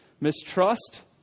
mistrust